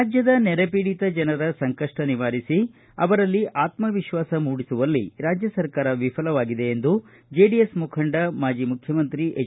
ರಾಜ್ಯದ ನೆರೆಪೀಡಿತ ಜನರ ಸಂಕಷ್ಟ ನಿವಾರಿಸಿ ಅವರಲ್ಲಿ ಆತ್ಮವಿಶ್ವಾಸ ಮೂಡಿಸುವಲ್ಲಿ ರಾಜ್ಯ ಸರ್ಕಾರ ವಿಫಲವಾಗಿದೆ ಎಂದು ಜೆಡಿಎಸ್ ಮುಖಂಡ ಮಾಜಿ ಮುಖ್ಯಮಂತ್ರಿ ಹೆಚ್